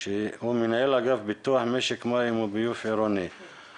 אתה מנהל אגף פיתוח משק מים וביוב עירוני ברשות הממשלתית.